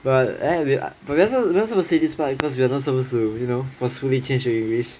but eh but but we are not supposed to say this part cause we are not supposed to you know forcefully change to english